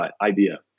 idea